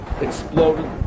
exploded